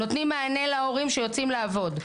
נותנים להורים מענה שיוצאים לעבוד.